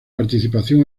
participación